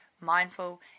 mindful